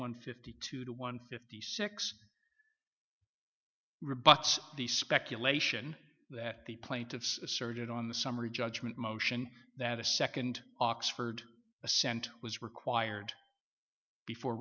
one fifty two to one fifty six rebut the speculation that the plaintiffs asserted on the summary judgment motion that a second oxford assent was required before